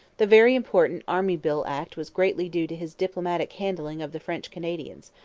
the very important army bill act was greatly due to his diplomatic handling of the french canadians,